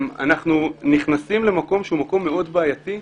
אנחנו נכנסים למקום שהוא מקום בעייתי מאוד,